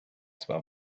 zwar